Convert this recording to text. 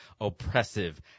oppressive